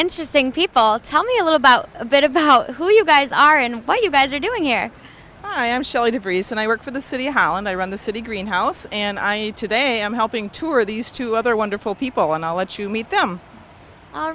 interesting people tell me a little about a bit about who you guys are and why you guys are doing here i am shelley degrees and i work for the city hall and i run the city greenhouse and i e today i'm helping tour these two other wonderful people on knowledge you meet them